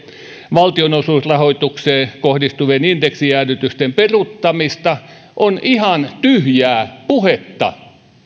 valtionosuusrahoitukseen kohdistuvien indeksijäädytysten peruuttamista on ihan tyhjää puhetta